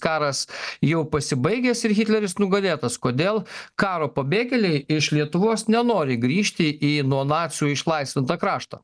karas jau pasibaigęs ir hitleris nugalėtas kodėl karo pabėgėliai iš lietuvos nenori grįžti į nuo nacių išlaisvintą kraštą